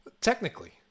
Technically